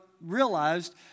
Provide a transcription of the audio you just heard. realized